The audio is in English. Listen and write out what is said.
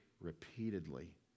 repeatedly